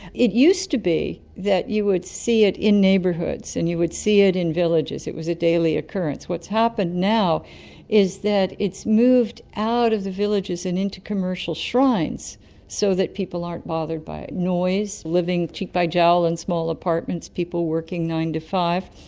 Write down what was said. it used to be that you would see it in neighbourhoods and you would see it in villages, it was a daily occurrence. what's happened now is that it's moved out of the villages and into commercial shrines so that people aren't bothered by noise, living cheek-by-jowl in small apartments, people working nine to five.